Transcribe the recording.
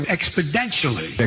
Exponentially